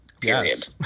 Period